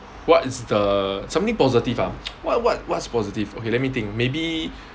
what is the something positive ah what what what's positive okay let me think maybe